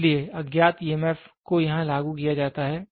इसलिए अज्ञात ईएमएफ को यहां लागू किया जाता है